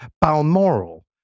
Balmoral